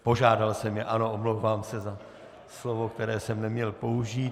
Požádal jsem je, ano, omlouvám se za slovo, které jsem neměl použít.